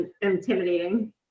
intimidating